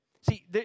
See